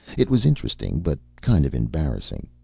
it was interesting, but kind of embarrassing.